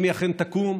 אם היא אכן תקום,